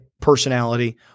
personality